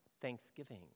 Thanksgiving